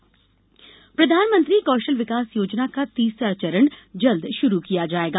कौशल योजना प्रधानमंत्री कौशल विकास योजना का तीसरा चरण जल्द शुरू किया जायेगा